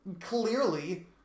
Clearly